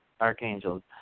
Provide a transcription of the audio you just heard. archangels